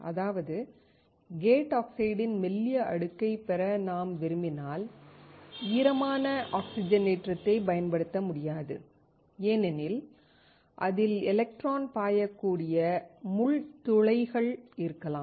அதாவது கேட் ஆக்சைட்டின் மெல்லிய அடுக்கை பெற நாம் விரும்பினால் ஈரமான ஆக்சிஜனேற்றத்தைப் பயன்படுத்த முடியாது ஏனெனில் அதில் எலக்ட்ரான் பாயக்கூடிய முள் துளைகள் இருக்கலாம்